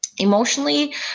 Emotionally